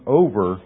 over